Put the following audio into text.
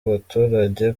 abaturage